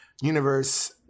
universe